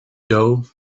dough